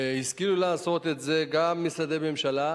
השכילו לעשות את זה גם משרדי ממשלה,